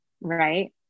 right